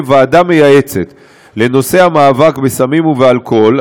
ועדה מייעצת לנושא המאבק בסמים ובאלכוהול,